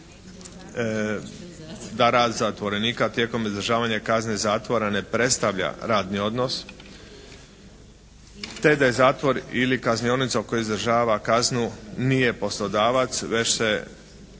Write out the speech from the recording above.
da rad zatvorenika tijekom izdržavanja kazne zatvora ne predstavlja radni odnos te da je zatvor ili kaznionica u kojoj izdržava kaznu nije poslodavac već se